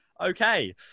okay